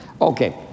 Okay